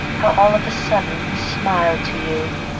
how all of a sudden he smiled to you,